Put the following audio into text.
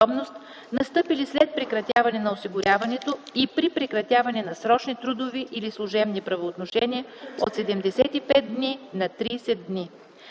настъпили след прекратяване на осигуряването и при прекратяване на срочни трудови или служебни правоотношения от 75 дни на 30 дни.